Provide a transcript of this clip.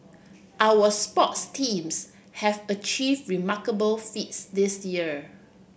our sports teams have achieve remarkable feats this year